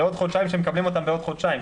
זה מענק לעוד חודשיים שמקבלים אותו בעוד חודשיים,